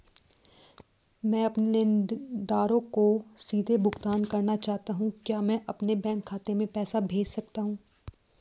मैं अपने लेनदारों को सीधे भुगतान करना चाहता हूँ क्या मैं अपने बैंक खाते में पैसा भेज सकता हूँ?